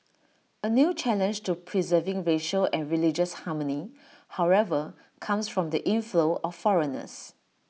A new challenge to preserving racial and religious harmony however comes from the inflow of foreigners